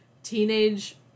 Teenage